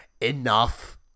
enough